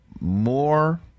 more